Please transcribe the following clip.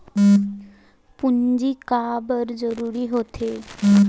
पूंजी का बार जरूरी हो थे?